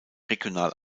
regional